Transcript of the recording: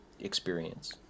experience